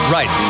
Right